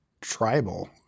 tribal